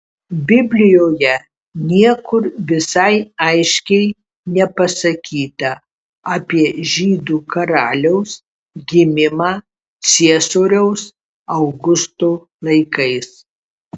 biblijoje niekur visai aiškiai nepasakyta apie žydų karaliaus gimimą ciesoriaus augusto laikais